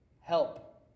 Help